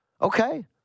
okay